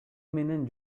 менен